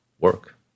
work